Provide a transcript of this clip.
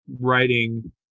Writing